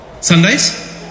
Sundays